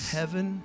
heaven